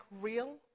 real